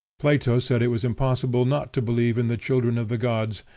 plato said it was impossible not to believe in the children of the gods,